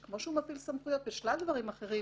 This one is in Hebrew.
שכמו שהוא מפעיל סמכויות בשלל דברים אחרים,